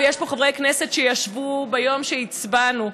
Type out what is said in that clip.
ויש פה חברי כנסת שישבו ביום שהצבענו,